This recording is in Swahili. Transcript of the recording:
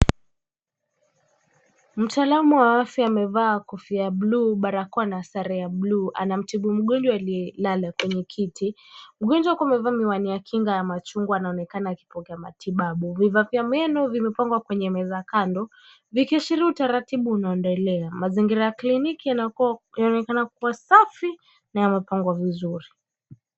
Mtaalam wa afya amevaa kofia ya bluu, barakoa na sare ya bluu, anamtibu mgonjwa aliyelala kwenye kiti. Mgonjwa huku amevaa miwani ya kinga ya machungwa anaonekana akipokea matibabu. Vifaa vya meno vimepangwa kwenye meza kando, vikiashiria utaratibu unaoendelea. Mazingira ya kliniki yanaonekana kua safi na yamepangwa vizuri.